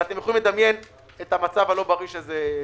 ואתם יכולים לדמיין את המצב הלא בריא שזה ייצור.